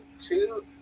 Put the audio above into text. two